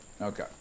Okay